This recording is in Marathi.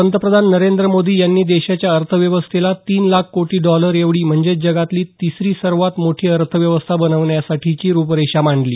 पंतप्रधान नरेंद्र मोदी यांनी देशाच्या अर्थव्यवस्थेला तीन लाख कोटी डॉलर एवढी म्हणजेच जगातली तिसरी सर्वात मोठी अर्थव्यवस्था बनवण्यासाठीची रुपरेषा मांडली